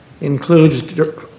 includes